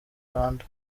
rwanda